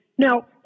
Now